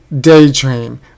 Daydream